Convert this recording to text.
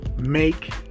make